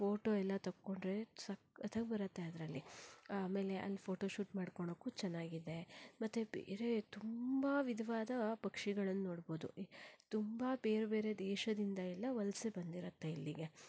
photo ಎಲ್ಲ ತಕ್ಕೊಂಡ್ರೆ ಸಕ್ಕತ್ತಾಗಿ ಬರತ್ತೆ ಅದರಲ್ಲಿ ಆಮೇಲೆ ಅಲ್ಲಿ ಫೋಟೋಶೂಟ್ ಮಾಡ್ಕೊಳ್ಳಕ್ಕೂ ಚೆನ್ನಾಗಿದೆ ಮತ್ತೆ ಬೇರೆ ತುಂಬ ವಿಧವಾದ ಪಕ್ಷಿಗಳನ್ನು ನೋಡ್ಬೋದು ತುಂಬ ಬೇರೆ ಬೇರೆ ದೇಶದಿಂದ ಎಲ್ಲ ವಲಸೆ ಬಂದಿರತ್ತೆ ಇಲ್ಲಿಗೆ